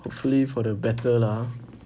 hopefully for the better lah !huh!